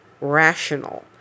rational